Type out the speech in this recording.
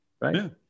right